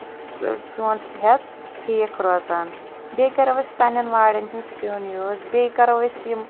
سون صحت ٹھیٖک روزان بیٚیہِ کرو أسۍ پننٮ۪ن وارٮ۪ن ہُنٛد سِیُن یوٗز بیٚیہِ کرو أسۍ یِم